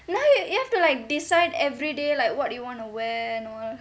now yo~ you have to like decide everyday like what do you want to wear and all